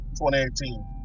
2018